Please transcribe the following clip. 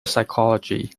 psychology